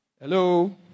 Hello